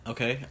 Okay